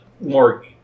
more